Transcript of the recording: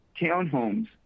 townhomes